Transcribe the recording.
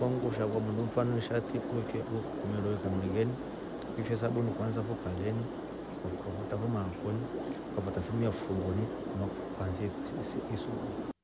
Ukamerara nguo mfano ishati ukameroweka mringeni we fia sabuni kwansa fo kaleni, ukafata fo maakoni, ukafata sehemu ya fifungoni ukaansia isugua.